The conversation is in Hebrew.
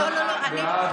בעד,